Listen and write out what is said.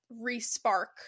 re-spark